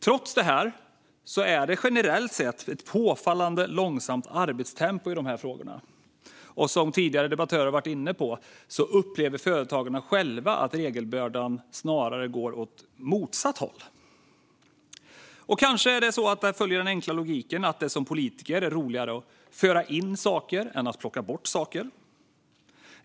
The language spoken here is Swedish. Trots detta är det generellt sett ett påfallande långsamt arbetstempo i dessa frågor. Som tidigare debattörer varit inne på upplever företagen själva att regelbördan snarare går åt motsatt håll. Kanske följer detta den enkla logiken att det som politiker är roligare att föra in saker än att plocka bort saker.